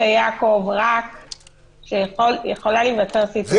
רק שיכולה להיווצר סיטואציה ש- -- זה